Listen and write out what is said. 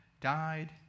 died